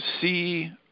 see